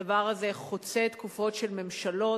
הדבר הזה חוצה תקופות של ממשלות,